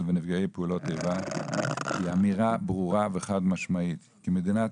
ונפגעי פעולות איבה היא אמירה ברורה וחד-משמעית כי מדינת